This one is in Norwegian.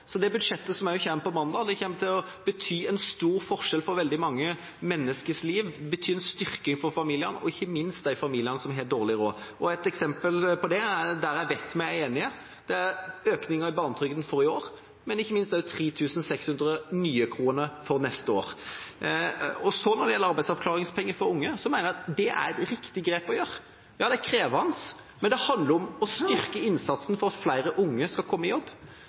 Så vil jeg presisere veldig tydelig – og det brukte jeg også mye av mitt innlegg på – at Kristelig Folkeparti har fått gjennomslag for ekstremt mye god politikk, som betyr veldig mye for dem som har dårlig råd. Det budsjettet som kommer på mandag, vil bety en stor forskjell i veldig mange menneskers liv. Det vil bety en styrking for familier – og ikke minst for de familiene som har dårlig råd. Et eksempel på det, og der jeg vet at vi er enige, er økningen i barnetrygden for i år – og ikke minst 3 600 nye kroner for neste år. Når det gjelder arbeidsavklaringspenger for unge, mener jeg at det